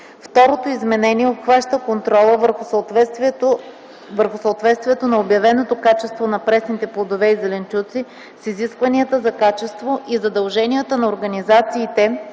Второто изменение обхваща контрола върху съответствието на обявеното качество на пресните плодове и зеленчуци с изискванията за качество и задълженията на организациите